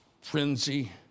frenzy